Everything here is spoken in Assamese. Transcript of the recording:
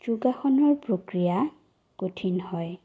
যোগাসনৰ প্ৰক্ৰিয়া কঠিন হয়